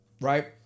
right